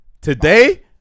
Today